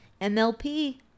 MLP